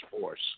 force